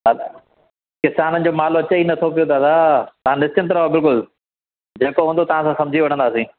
बसि किसाननि जो मालु अचेई नथो पियो दादा तव्हां निश्चिंत रहो बिल्कुल जेको हूंदो तव्हां सां समुझी वठंदासीं